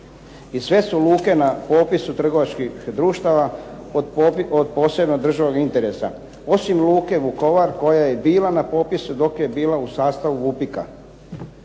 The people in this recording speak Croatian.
I sve su luke na popisu trgovačkih društava od posebnog državnog interesa osim luke Vukovar koja je bila na popisu dok je bila u sastavu VUPIK-a.